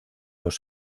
los